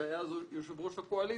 שהיה אז יושב-ראש הקואליציה.